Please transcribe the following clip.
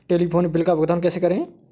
Telephone bill का भुगतान कैसे करें?